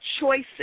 choices